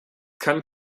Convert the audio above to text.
kann